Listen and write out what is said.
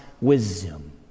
wisdom